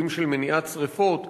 תפקידים של מניעת שרפות,